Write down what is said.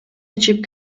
ичип